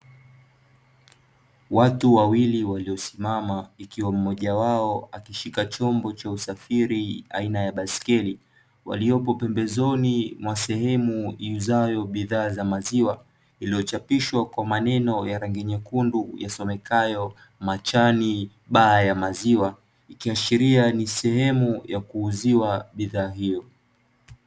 Watu wawili waliosimama ikiwa mmoja wao akishika chombo cha usafiri Aina ya baiskeli, waliopo pembezoni mwa sehemu iuzayo bidhaa za maziwa, iliyochapishwa kwa maneno ya rangi nyekundu ya somekayo, "Machani baa ya maziwa", ikiashiria ni sehem ya kuuziwa bidhaa hiyo.